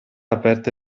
aperte